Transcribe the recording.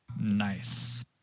Nice